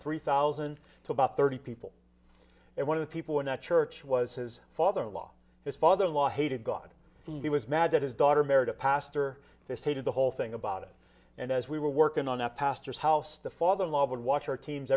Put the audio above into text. three thousand to about thirty people and one of the people in that church was his father in law his father in law hated god he was mad that his daughter married a pastor they hated the whole thing about it and as we were working on that pastor's house the father in law would watch our teams